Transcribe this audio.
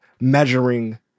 measuring